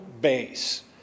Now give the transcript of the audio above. base